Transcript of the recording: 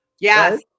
Yes